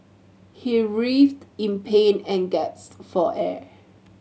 he writhed in pain and gaped for air